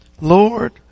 Lord